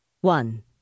one